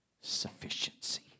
sufficiency